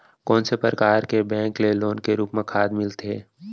कोन से परकार के बैंक ले लोन के रूप मा खाद मिलथे?